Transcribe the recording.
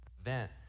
event